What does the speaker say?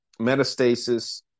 metastasis